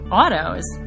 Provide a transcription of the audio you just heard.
autos